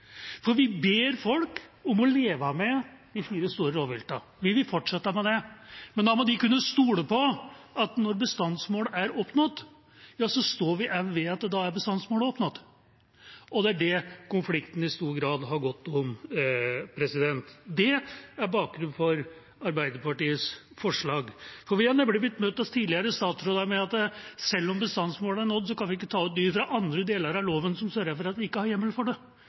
Vi ber folk om å leve med de fire store rovviltene, og vi vil fortsette med det. Men da må de kunne stole på at når bestandsmålet er oppnådd, ja, så står også vi ved at da er bestandsmålet oppnådd. Det er det konflikten i stor grad har dreid seg om, og det er bakgrunnen for Arbeiderpartiets forslag. Vi har nemlig blitt møtt av tidligere statsråder med at selv om bestandsmålet er nådd, kan vi ikke ta ut dyr fordi det er andre deler av loven som sørger for at vi ikke har hjemmel for det.